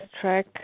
track